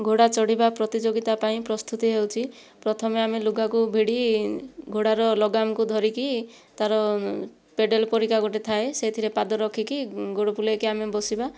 ଘୋଡ଼ା ଚଢ଼ିବା ପ୍ରତିଯୋଗିତା ପାଇଁ ପ୍ରସ୍ତୁତି ହେଉଛି ପ୍ରଥମେ ଆମେ ଲୁଗାକୁ ଭିଡ଼ି ଘୋଡ଼ାର ଲଗାମକୁ ଧରିକି ତାର ପେଡାଲ ପରିକା ଗୋଟିଏ ଥାଏ ସେଇଥିରେ ପାଦ ରଖିକି ଗୋଡ଼ ବୁଲେଇକି ଆମେ ବସିବା